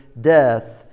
death